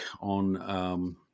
on